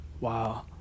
Wow